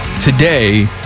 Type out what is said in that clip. today